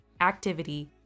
activity